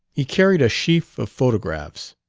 he carried a sheaf of photographs.